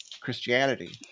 Christianity